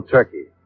Turkey